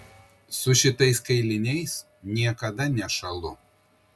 su šitais kailiniais niekada nešąlu